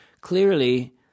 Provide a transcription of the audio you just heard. clearly